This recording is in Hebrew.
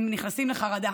הם נכנסים לחרדה.